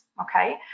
okay